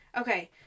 okay